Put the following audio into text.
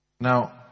now